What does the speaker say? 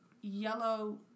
Yellow